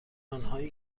آنهایی